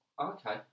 Okay